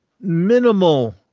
minimal